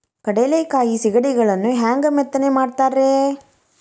ಕಡಲೆಕಾಯಿ ಸಿಗಡಿಗಳನ್ನು ಹ್ಯಾಂಗ ಮೆತ್ತನೆ ಮಾಡ್ತಾರ ರೇ?